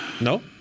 No